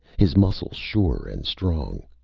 his muscles sure and strong.